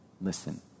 Listen